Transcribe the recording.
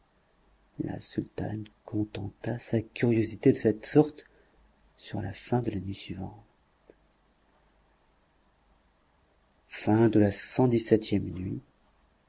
la sultane contenta sa curiosité de cette sorte sur la fin de la nuit suivante cxviii nuit